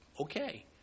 okay